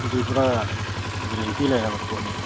ꯁꯤꯗꯤ ꯄꯨꯔꯥ ꯒꯔꯦꯟꯇꯤ ꯂꯩꯔꯕ ꯄꯣꯠꯅꯤ